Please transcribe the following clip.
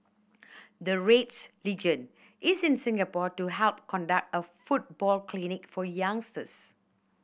the Reds legend is in Singapore to help conduct a football clinic for youngsters